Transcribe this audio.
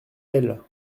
elle